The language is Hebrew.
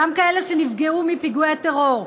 גם כאלה שנפגעו מפיגועי טרור.